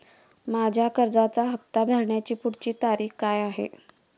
माझ्या कर्जाचा हफ्ता भरण्याची पुढची तारीख काय आहे?